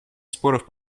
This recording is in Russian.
споров